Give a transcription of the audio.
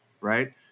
Right